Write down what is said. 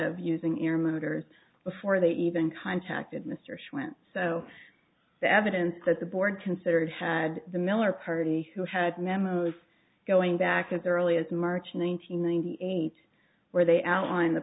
of using ear monitors before they even contacted mr shaw and so the evidence that the board considered had the miller party who had memos going back as early as march nine hundred ninety eight where they outlined the